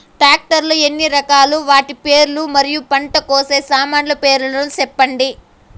Tractor లు ఎన్ని రకాలు? వాటి పేర్లు మరియు పంట కోసే సామాన్లు పేర్లను సెప్పండి?